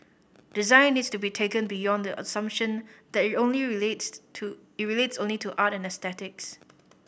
design needs to be taken beyond the assumption that it only relates to it relates only to art or aesthetics